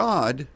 God